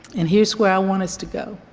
and here's where i want us to go.